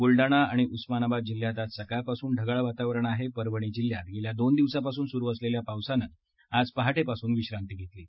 बुलढाणा आणि उस्मानाबाद जिल्ह्यात आज सकाळपासून ढगाळ वातावरण आहे परभणी जिल्ह्यात गेल्या दोन दिवसापासून सुरु असलेल्या पावसांनी आज पहाटेपासून विश्रांती घेतली आहे